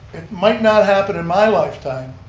it might not happen in my lifetime,